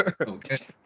okay